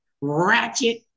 Ratchet